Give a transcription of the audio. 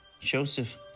Joseph